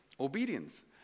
Obedience